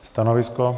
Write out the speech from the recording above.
Stanovisko?